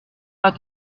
pas